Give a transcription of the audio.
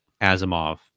Asimov